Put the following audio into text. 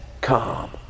come